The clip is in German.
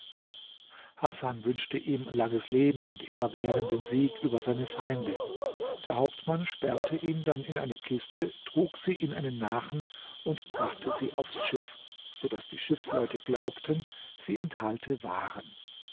hasan wünschte ihm langes leben und immerwährenden sieg über seine feinde der hauptmann sperrte ihn dann in eine kiste trug sie in einen nachen und brachte sie aufs schiff so daß die schiffsleute glaubten sie enthalte waren